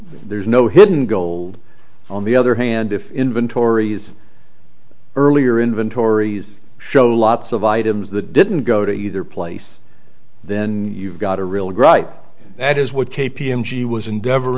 there's no hidden gold on the other hand if inventories earlier inventories show lots of items that didn't go to either place then you've got a real gripe that is what kay p m g was endeavo